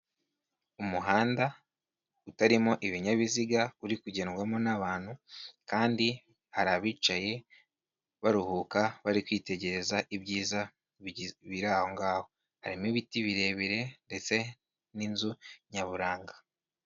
Umuhanda utarimo ibinyabiziga uri kugendwamo n'abantu, kandi hari abicaye baruhuka. Bari kwitegereza ibyiza biri aho ngaho, harimo ibiti birebire ndetse n'inzu nyaburanga.